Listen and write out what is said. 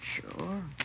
Sure